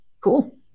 Cool